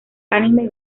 anime